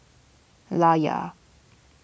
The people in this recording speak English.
Layar